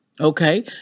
Okay